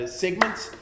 segments